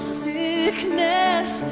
sickness